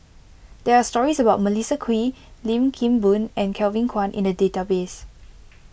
there are stories about Melissa Kwee Lim Kim Boon and Kevin Kwan in the database